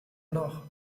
noch